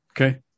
Okay